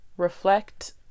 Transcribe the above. reflect